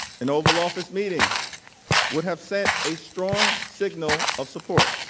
and oval office meeting would have set a strong signal of support.